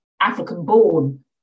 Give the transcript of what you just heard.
African-born